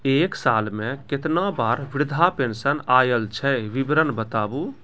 एक साल मे केतना बार वृद्धा पेंशन आयल छै विवरन बताबू?